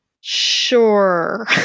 sure